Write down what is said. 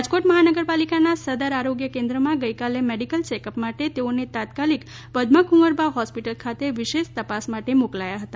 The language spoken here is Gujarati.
રાજકોટ મહાનગરપાલિકાના સદર આરોગ્ય કેન્દ્રમાં ગઈકાલે મેડિકલ ચેકઅપ માટે તેઓને તાત્કાલિક પદ્મા કુવરબા હોસ્પિટલ ખાતે વિશેષ તપાસ માટે મોકલ્યા હતા